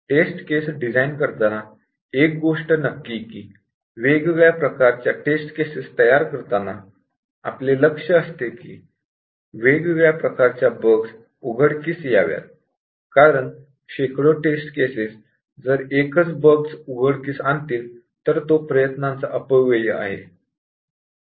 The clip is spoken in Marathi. टेस्ट केस डिझाइन करताना एक गोष्ट नक्की की वेगवेगळ्या प्रकारच्या टेस्ट केसेस तयार करताना आपले लक्ष्य असते की वेगवेगळ्या प्रकारच्या बग्स उघडकीस याव्यात कारण शेकडो टेस्ट केसेस जर एकाच प्रकारची बग् उघडकीस आणत असतील तर तो प्रयत्नांचा अपव्यय आहे